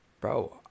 bro